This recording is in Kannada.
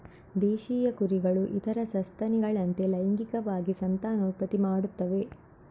ದೇಶೀಯ ಕುರಿಗಳು ಇತರ ಸಸ್ತನಿಗಳಂತೆ ಲೈಂಗಿಕವಾಗಿ ಸಂತಾನೋತ್ಪತ್ತಿ ಮಾಡುತ್ತವೆ